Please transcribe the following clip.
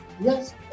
Yes